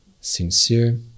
sincere